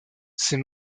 ces